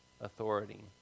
authority